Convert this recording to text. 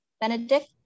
Benedict